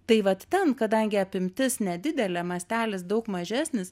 tai vat ten kadangi apimtis nedidelė mastelis daug mažesnis